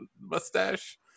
mustache